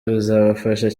bizafasha